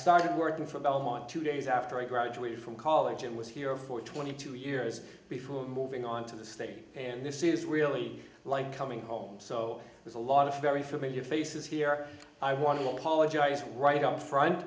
started working for belmont two days after i graduated from college and was here for twenty two years before moving on to the state and this is really like coming home so there's a lot of very familiar faces here i want to apologize right up front